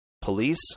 police